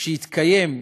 כשיתקיים,